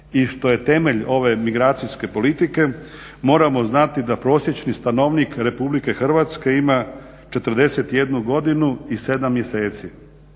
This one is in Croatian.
i što je temelj ove migracijske politike, moramo znati da prosječni stanovnik RH ima 41 godinu i 7 mjeseci